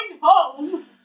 home